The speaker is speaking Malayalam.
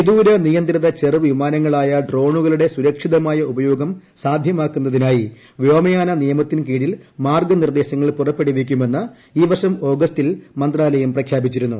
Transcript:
വിദൂര നിയന്ത്രിത ചെറു വിമാനങ്ങളായ ഡ്രോണുകളുടെ സുരക്ഷിത മായ ഉപയോഗം സാധ്യമാക്കുന്നതിനായി വ്യോമയാന നിയമ ത്തിൻ കീഴിൽ മാർഗ്ഗ നിർദ്ദേശങ്ങൾ പുറപ്പെടുവിക്കുമെന്ന് ഈ വർഷം ഓഗസ്റ്റിൽ മന്ത്രാലയം പ്രഖ്യാപിച്ചിരുന്നു